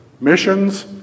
missions